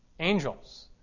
Angels